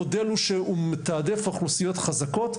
המודל פה מתעדף אוכלוסיות חזקות,